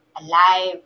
alive